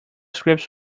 scripts